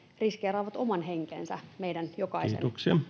riskeeraavat oman henkensä meidän jokaisen